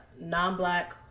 non-black